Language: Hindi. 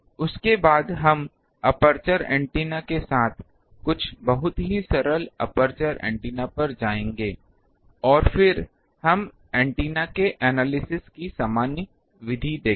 उसके बाद हम एपर्चर ऐन्टेना के साथ कुछ बहुत ही सरल एपर्चर ऐन्टेना पर जाएंगे और फिर हम एंटीना के विश्लेषण की सामान्य विधि देखेंगे